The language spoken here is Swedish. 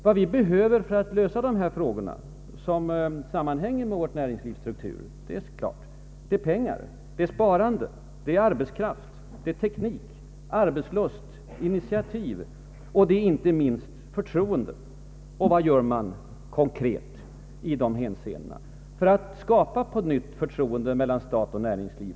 Vad vi behöver för att lösa de frågor vilka sammanhänger med vårt näringslivs struktur är pengar, sparande, arbetskraft, teknik, arbetslust, initiativ, och det är inte minst förtroende. Vad gör man konkret i dessa hänseenden för att skapa nytt förtroende mellan stat och näringsliv?